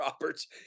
Roberts